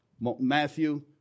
Matthew